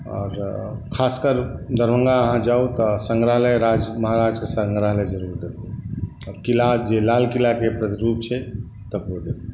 आओर खासकर दरभंगा आहाँ जाउ तऽ संग्रहालय राज महाराजके संग्रहालय जरुर देखू आओर किला जे लाल किलाकेँ रूप छै तकरो देखू